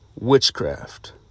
witchcraft